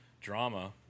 drama